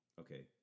Okay